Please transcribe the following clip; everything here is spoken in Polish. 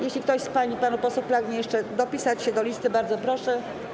Jeśli ktoś z pań i panów posłów pragnie jeszcze dopisać się do listy, bardzo proszę.